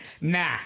nah